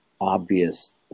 obvious